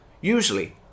usually